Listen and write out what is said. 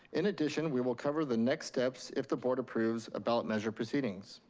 in addition, we will cover the next steps, if the board approves, of ballot measure proceedings.